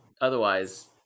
otherwise